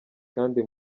kandi